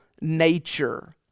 nature